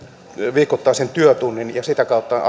viikoittaisen työtunnin ja sitä kautta